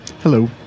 Hello